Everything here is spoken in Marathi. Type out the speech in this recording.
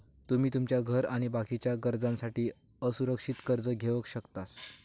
तुमी तुमच्या घर आणि बाकीच्या गरजांसाठी असुरक्षित कर्ज घेवक शकतास